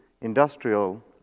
industrial